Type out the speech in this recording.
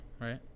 right